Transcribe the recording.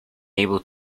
able